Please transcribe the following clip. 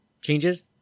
Changes